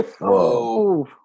Whoa